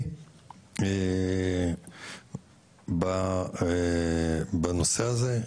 אני בנושא הזה,